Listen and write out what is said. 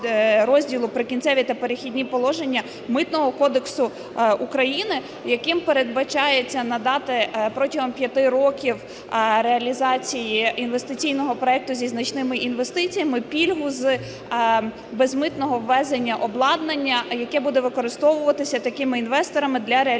"Прикінцевих та перехідних положень" Митного кодексу України, яким передбачається надати протягом 5 років реалізації інвестиційного проекту зі значними інвестиціями пільгу з безмитного ввезення обладнання, яке буде використовуватися такими інвесторами для реалізації